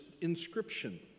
inscription